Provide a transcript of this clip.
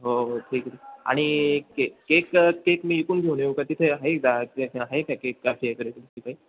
हो हो ठीक आहे आणि के केक केक मी इकडून घेऊन येऊ का तिथे आहे आहे का केक काही